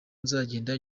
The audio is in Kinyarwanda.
nzagenda